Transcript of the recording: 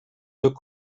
deux